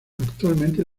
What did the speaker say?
actualmente